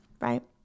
right